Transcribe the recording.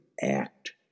act